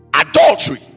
Adultery